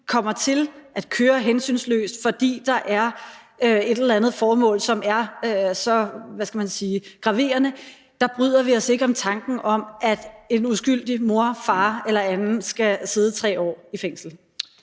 kommer til at køre hensynsløst, fordi der er et eller andet formål, som er så – hvad skal man sige – graverende, bryder vi os ikke om tanken om, at en uskyldig mor, far eller en anden skal sidde 3 år i fængsel.